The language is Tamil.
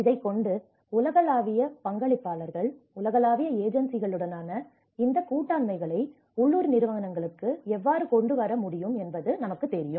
இதைக் கொண்டு உலகளாவிய பங்களிப்பாளர்கள் உலகளாவிய ஏஜென்சிகளுடனான இந்த கூட்டாண்மைகளை உள்ளூர் நிறுவனங்களுக்கு எவ்வாறு கொண்டு வர முடியும் என்பது உங்களுக்குத் தெரியும்